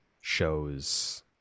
shows